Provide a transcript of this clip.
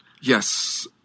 Yes